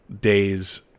days